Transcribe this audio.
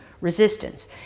resistance